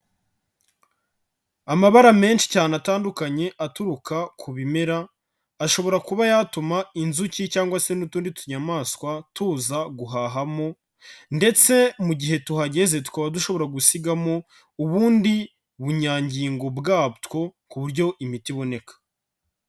Amabara menshi cyane atandukanye aturuka ku bimera, ashobora kuba yatuma inzuki cyangwa se n'utundi tunyamaswa tuza guhahamo ndetse mu gihe tuhageze tukaba dushobora gusigamo ubundi bunyangingo bwatwo ku buryo imiti iboneka.